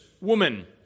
woman